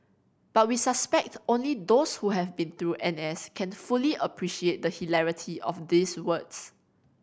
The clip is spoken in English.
but we suspect only those who have been through N S can fully appreciate the hilarity of these words